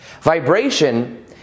Vibration